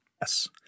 Yes